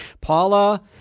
Paula